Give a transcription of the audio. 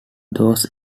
those